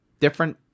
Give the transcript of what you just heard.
different